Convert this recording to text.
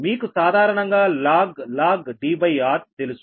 మీకు సాధారణంగా log Drతెలుసు